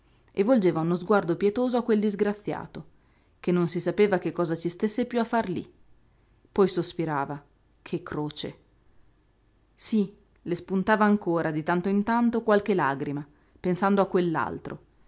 volgeva uno sguardo pietoso a quel disgraziato che non si sapeva che cosa ci stesse piú a far lí poi sospirava che croce sí le spuntava ancora di tanto in tanto qualche lagrima pensando a